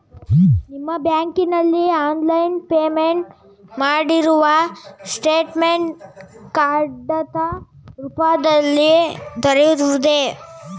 ನಿಮ್ಮ ಬ್ಯಾಂಕಿನಲ್ಲಿ online payment ಮಾಡಿರುವ ಸ್ಟೇಟ್ಮೆಂಟ್ ಕಡತ ರೂಪದಲ್ಲಿ ದೊರೆಯುವುದೇ?